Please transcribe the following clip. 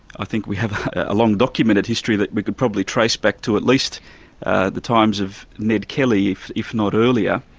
i think we have a long documented history that we could probably trace back to at least the times of ned kelly, if if not earlier,